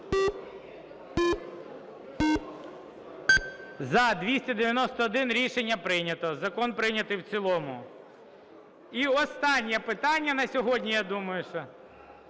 За-291 Рішення прийнято. Закон прийнятий в цілому. І останнє питання на сьогодні, я думаю, це